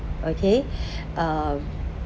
okay uh